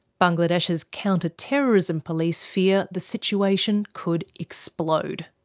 bangladesh's counter-terrorism police fear the situation could explode.